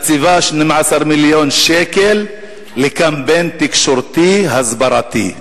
מקציבה 12 מיליון שקלים לקמפיין תקשורתי הסברתי.